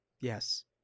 Yes